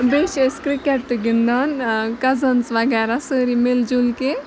بیٚیہِ چھِ أسۍ کِرکَٹ تہِ گِندان کَزٕنز وغیرہ سٲری مِل جُل کے